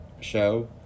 Show